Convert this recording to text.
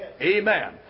Amen